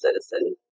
citizen